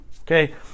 okay